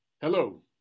Hello